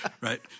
right